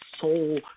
soul